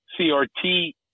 crt